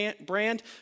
brand